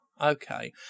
Okay